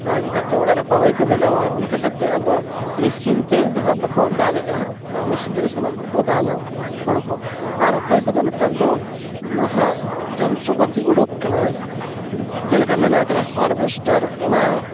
ᱟᱹᱜᱩ ᱠᱟᱛᱮᱫ ᱚᱲᱟᱜ ᱨᱮ ᱯᱟᱲᱳᱭ ᱠᱚ ᱵᱮᱱᱟᱣᱟ ᱚᱱᱠᱟ ᱠᱟᱛᱮᱫ ᱟᱫᱚ ᱢᱤᱥᱤᱱᱛᱮ ᱱᱟᱦᱟᱜ ᱫᱚᱠᱚ ᱫᱟᱞᱮᱫᱟ ᱟᱨ ᱢᱤᱥᱤᱱ ᱛᱮᱜᱮ ᱥᱟᱱᱟᱢ ᱦᱟᱲᱠᱚ ᱫᱟᱞᱟ ᱦᱳᱲᱳ ᱠᱚ ᱟᱨ ᱚᱠᱚᱭ ᱠᱚᱫᱚ ᱱᱮᱛᱟᱨ ᱫᱚ ᱱᱟᱦᱟᱜ ᱡᱚᱱᱛᱨᱚᱯᱟᱛᱤ ᱩᱰᱩᱠ ᱟᱠᱟᱱᱟ ᱡᱮᱞᱮᱠᱟ ᱢᱮᱱᱟᱜ ᱟᱠᱟᱫᱟ ᱦᱟᱨᱵᱷᱮᱥᱴᱟᱨ ᱚᱱᱟ